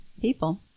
people